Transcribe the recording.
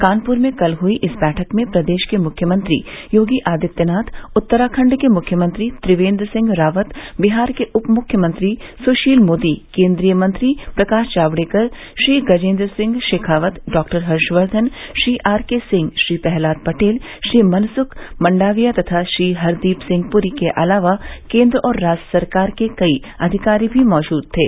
कानपुर में कल हुई इस बैठक में प्रदेश के मुख्यमंत्री योगी आदित्यनाथ उत्तराखंड के मुख्यमंत्री त्रिवेन्द्र सिंह रावत बिहार के उप मुख्यमंत्री सुशील मोदी केन्द्रीय मंत्री Prakash Javadekar Shri Gajendra Singh Shekhawat doctor Harshvardhan Shri R K Singh Shri Prahlad Patel Shri Mansukh Mandaviya तथा श्री हरदीप सिंह पूरी के अलावा केन्द्र और राज्य सरकार के कई अधिकारी भी मौजूद थे